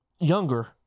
Younger